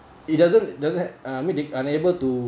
it doesn't it doesn't uh I mean it unable to